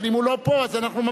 אבל אם הוא לא פה אנחנו ממשיכים.